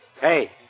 Hey